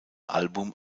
album